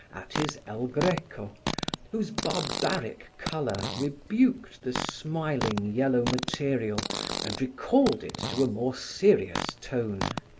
at his el greco whose barbaric color rebuked the smiling, yellow material and recalled it to a more serious tone.